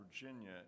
Virginia